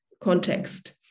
context